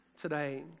today